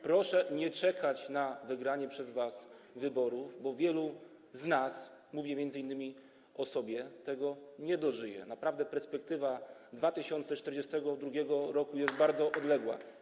Proszę nie czekać na wygranie przez was wyborów, bo wielu z nas, mówię m.in. o sobie, tego nie dożyje, naprawdę perspektywa 2042 r. jest bardzo odległa.